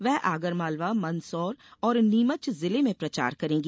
वे आगरमालवा मंदसौर और नीमच जिले में प्रचार करेंगी